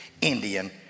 Indian